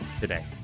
today